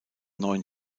neun